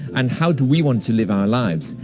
and, how do we want to live our lives?